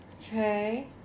Okay